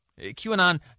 QAnon